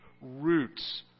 roots